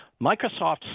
Microsoft